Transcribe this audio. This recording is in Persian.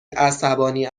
عصبانی